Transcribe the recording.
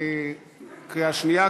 קריאה שנייה.